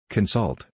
Consult